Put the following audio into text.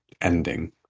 ending